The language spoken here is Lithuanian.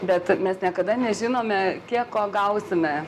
bet mes niekada nežinome kiek ko gausime